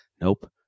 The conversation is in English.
Nope